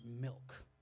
milk